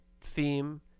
theme